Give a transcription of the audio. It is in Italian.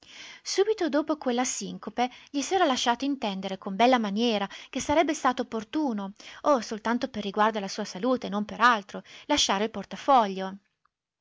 subito dopo quella sincope gli s'era lasciato intendere con bella maniera che sarebbe stato opportuno oh soltanto per riguardo alla sua salute non per altro lasciare il portafoglio